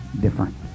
different